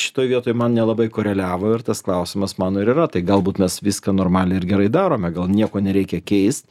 šitoj vietoj man nelabai koreliavo ir tas klausimas mano ir yra tai galbūt mes viską normaliai ir gerai darome gal nieko nereikia keist